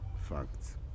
Facts